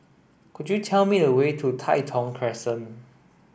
could you tell me the way to Tai Thong Crescent